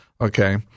okay